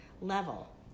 level